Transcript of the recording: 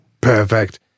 perfect